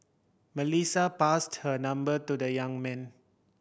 Melissa passed her number to the young man